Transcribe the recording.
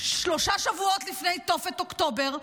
שלושה שבועות לפני תופת אוקטובר,